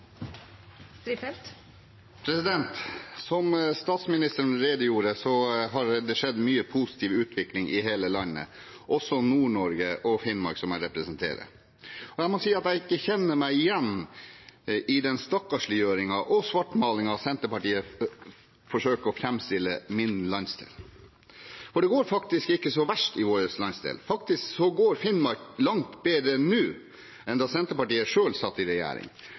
det. Som statsministeren redegjorde for, har det skjedd mye positiv utvikling i hele landet, også i Nord-Norge og Finnmark, som jeg representerer. Jeg må si at jeg ikke kjenner meg igjen i den stakkarsliggjøringen og svartmalingen som Senterpartiet forsøker å framstille min landsdel med. For det går ikke så verst i vår landsdel, faktisk går det langt bedre i Finnmark nå enn da Senterpartiet selv satt i regjering.